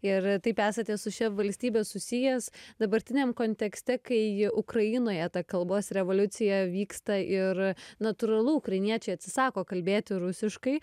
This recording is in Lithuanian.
ir taip esate su šia valstybe susijęs dabartiniam kontekste kai ji ukrainoje ta kalbos revoliucija vyksta ir natūralu ukrainiečiai atsisako kalbėti rusiškai